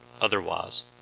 otherwise